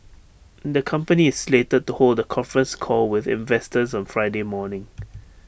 the company is slated to hold A conference call with investors on Friday morning